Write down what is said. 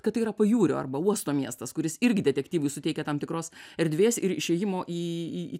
kad tai yra pajūrio arba uosto miestas kuris irgi detektyvui suteikia tam tikros erdvės ir išėjimo į